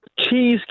Cheese